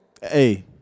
Hey